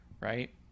right